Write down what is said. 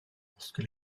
lorsque